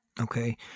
Okay